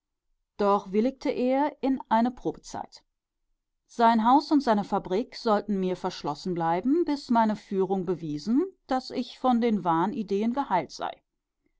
doch willigte er in eine probezeit sein haus und seine fabrik sollten mir verschlossen bleiben bis meine führung bewiesen daß ich von den wahnideen geheilt sei